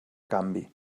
canvi